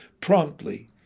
promptly